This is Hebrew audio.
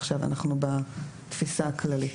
עכשיו אנחנו בתפיסה הכללית.